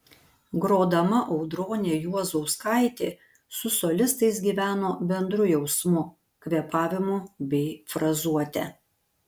grodama audronė juozauskaitė su solistais gyveno bendru jausmu kvėpavimu bei frazuote